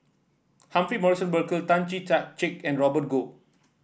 Humphrey Morrison Burkill Tan Chee Tan Check and Robert Goh